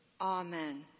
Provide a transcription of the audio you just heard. Amen